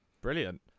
Brilliant